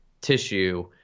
tissue